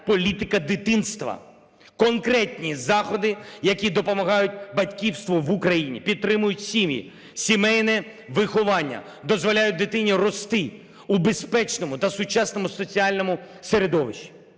політика дитинства, конкретні заходи, які допомагають батьківству в Україні, підтримують сім'ї, сімейне виховання, дозволяють дитині рости у безпечному та сучасному соціальному середовищі.